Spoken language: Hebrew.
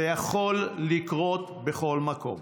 זה יכול לקרות בכל מקום.